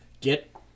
get